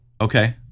Okay